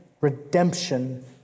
redemption